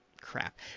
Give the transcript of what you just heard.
crap